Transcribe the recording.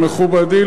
מכובדי,